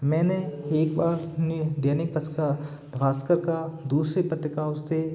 मैंने एकबार दैनिक भास्कर का दूसरी पत्रिकाओं से